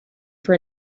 for